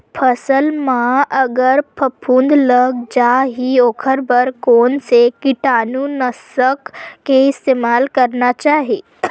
फसल म अगर फफूंद लग जा ही ओखर बर कोन से कीटानु नाशक के इस्तेमाल करना चाहि?